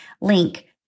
link